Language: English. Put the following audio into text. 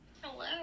Hello